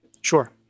sure